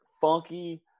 funky